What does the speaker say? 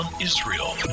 Israel